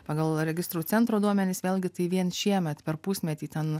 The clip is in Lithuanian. pagal registrų centro duomenis vėlgi tai vien šiemet per pusmetį ten